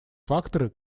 факторы